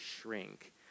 shrink